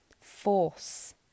force